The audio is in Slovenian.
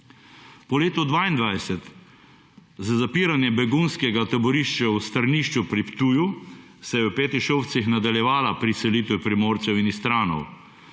Po letu 22 z zapiranjem begunskega taborišča v Strnišču pri Ptuju se je v Petišovcih nadaljevala priselitev Primorcev in Istranov